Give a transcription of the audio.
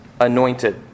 anointed